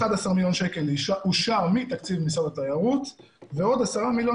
11 מיליון שקלים אושרו מתקציב משרד התיירות ועוד 10 מיליון